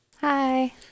Hi